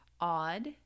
odd